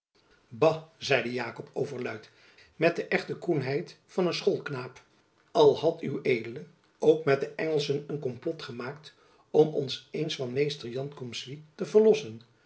zeide jakob overluid met de echte koenheid van een schoolknaap al hadt ued ook met de engelschen een komplot gemaakt om ons eens van mr jan cum suis te verlossen